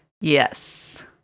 Yes